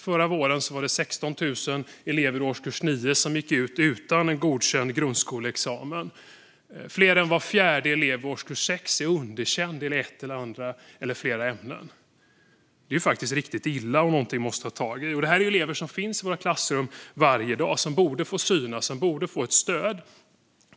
Förra våren gick 16 000 elever ut årskurs 9 utan godkänd grundskoleexamen, och fler än var fjärde elev i årskurs 6 är underkänd i ett eller flera ämnen. Det är riktigt illa och något vi måste ta tag i. Dessa elever finns i klassrummen varje dag och borde få synas och få stöd.